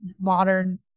modern